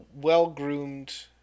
well-groomed